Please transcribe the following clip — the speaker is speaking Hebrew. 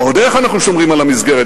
ועוד איך אנחנו שומרים על המסגרת,